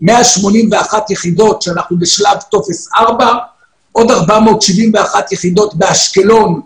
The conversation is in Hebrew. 181 יחידות שאנחנו בשלב טופס 4. עוד 471 יחידות באשקלון,